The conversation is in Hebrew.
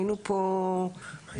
היינו פה ביום